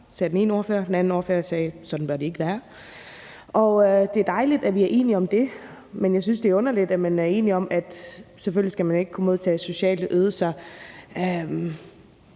sagde den ene ordfører. Den anden ordfører sagde, at sådan bør det ikke være. Det er dejligt, at vi er enige om det, men jeg synes, at det er underligt. Vi er enige om, at man selvfølgelig ikke skal kunne modtage sociale ydelser,